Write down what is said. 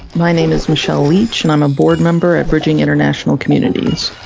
my name is michelle leach and i'm board member at virginia international communities.